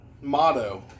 motto